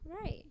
Right